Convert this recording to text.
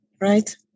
Right